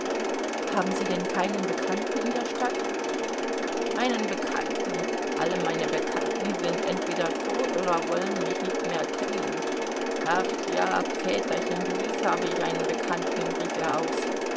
haben sie denn keinen bekannten in der stadt einen bekannten alle meine bekannten sind entweder tot oder wollen mich nicht mehr kennen ach ja väterchen gewiß habe ich einen bekannten rief er aus